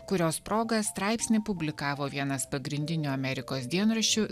kurios proga straipsnį publikavo vienas pagrindinių amerikos dienraščių